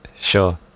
sure